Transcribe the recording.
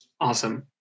Awesome